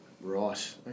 Right